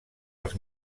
els